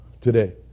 today